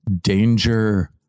Danger